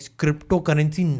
cryptocurrency